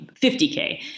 50k